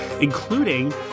including